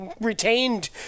retained